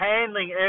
handling